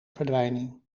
verdwijning